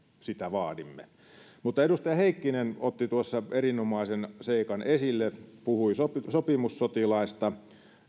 sitä vaadimme edustaja heikkinen otti tuossa erinomaisen seikan esille puhui sopimussotilaista